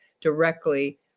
directly